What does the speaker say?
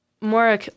more